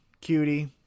Cutie